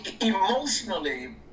emotionally